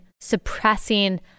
suppressing